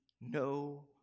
no